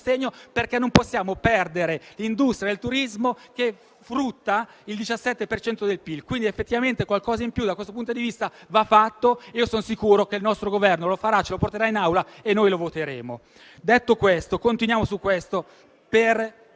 sostegno, perché non possiamo perdere l'industria del turismo, che frutta il 17 per cento del PIL. Effettivamente, qualcosa in più da questo punto di vista va fatto e sono sicuro che il nostro Governo lo farà, ce lo porterà in Aula e lo voteremo. Con riferimento ad